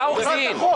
אתה עורך דין,